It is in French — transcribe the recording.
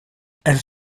elle